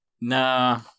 Nah